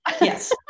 Yes